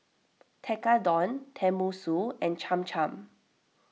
Tekkadon Tenmusu and Cham Cham